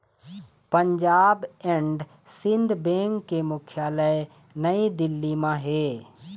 Punjab and Sind bank के मुख्यालय नई दिल्ली म हे